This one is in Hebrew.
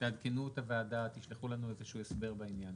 תעדכנו את הוועדה ותשלחו לנו איזשהו הסבר בעניין.